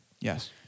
Yes